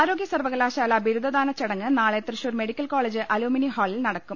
ആരോഗ്യ സർവകലാശാല ബിരുദ ദാന ചടങ്ങ് നാളെ തൃശൂർ മെഡിക്കൽ കോളേജ് അലൂമിനി ഹാളിൽ നടക്കും